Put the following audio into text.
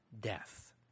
death